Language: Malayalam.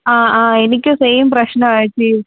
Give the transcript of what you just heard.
ആ ആ എനിക്കും സെയിം പ്രശ്നം ചേച്ചി